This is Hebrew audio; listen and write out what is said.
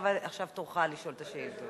עכשיו תורך לשאול את השאילתות.